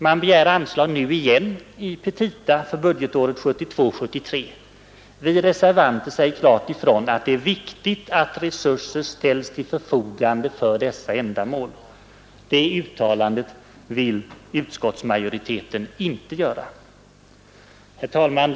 Man begär anslag nu igen i petita för budgetåret 1972/73. Vi reservanter säger klart ifrån att det är viktigt att resurser ställs till förfogande för dessa ändamål. Det uttalandet vill utskottsmajoriteten inte göra. Herr talman!